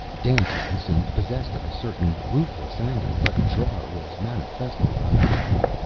dandtan seemed possessed of a certain ruthless anger, but trar was manifestly unhappy.